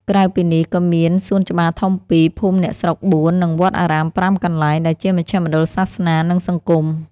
ក្រៅពីនេះ ក៏មានសួនច្បារធំ ២ ភូមិអ្នកស្រុក ៤ និងវត្តអារាម ៥ កន្លែង ដែលជាមជ្ឈមណ្ឌលសាសនា និងសង្គម។